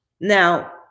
now